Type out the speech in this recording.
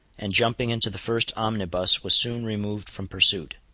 and jumping into the first omnibus was soon removed from pursuit.